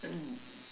mm mm